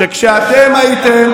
כשאתם הייתם